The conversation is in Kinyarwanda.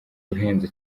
uhenze